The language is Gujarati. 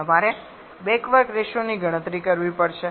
તમારે બેક વર્ક રેશિયોની ગણતરી કરવી પડશે